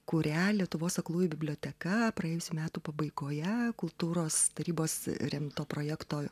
kurią lietuvos aklųjų biblioteka praėjusių metų pabaigoje kultūros tarybos remto projekto